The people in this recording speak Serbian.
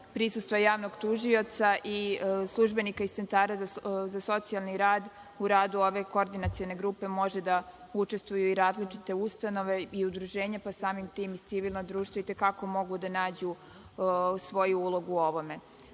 prisustvo javnog tužioca i službenika iz centara sa socijalni rad u radu ove koordinacione grupe može da učestvuju i različite ustanove i udruženja, pa samim tim i civilna društva i te kako mogu da nađu svoju ulogu u ovome. Kada